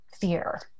fear